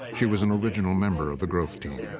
she was an original member of the growth team.